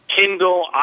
Kindle